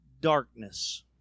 darkness